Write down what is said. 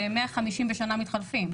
ש-150 בשנה מתחלפים.